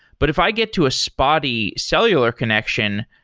but if i get to a spotty cellular connection,